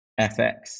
FX